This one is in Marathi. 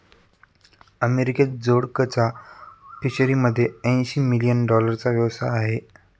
अमेरिकेत जोडकचा फिशरीमध्ये ऐंशी मिलियन डॉलरचा व्यवसाय आहे